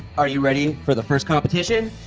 are you ready for the first competition?